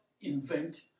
invent